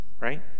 right